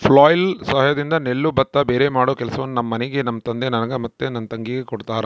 flail ಸಹಾಯದಿಂದ ನೆಲ್ಲು ಭತ್ತ ಭೇರೆಮಾಡೊ ಕೆಲಸವನ್ನ ನಮ್ಮ ಮನೆಗ ನಮ್ಮ ತಂದೆ ನನಗೆ ಮತ್ತೆ ನನ್ನ ತಂಗಿಗೆ ಕೊಡ್ತಾರಾ